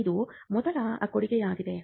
ಇದು ಮೊದಲ ಕೊಡುಗೆಯಾಗಿದೆ